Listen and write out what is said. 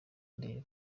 ndeba